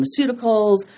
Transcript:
pharmaceuticals